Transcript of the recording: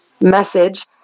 message